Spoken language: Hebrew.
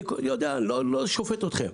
אני יודע, לא שופט אתכם.